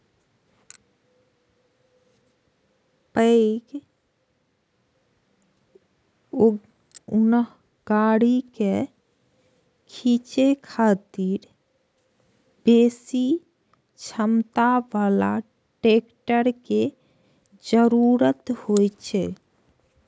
पैघ अन्न गाड़ी कें खींचै खातिर बेसी क्षमता बला ट्रैक्टर के जरूरत होइ छै